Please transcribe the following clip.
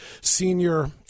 senior